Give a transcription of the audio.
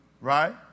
Right